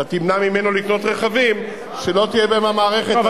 אתה תמנע ממנו לקנות רכבים שלא תהיה בהם המערכת,